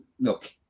Look